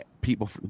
people